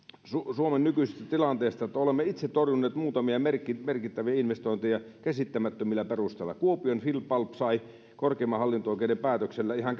suomen nykyisestä tilanteesta vaikka että olemme itse torjuneet muutamia merkittäviä merkittäviä investointeja käsittämättömillä perusteilla kuopion finnpulp sai korkeimman hallinto oikeuden päätöksellä ihan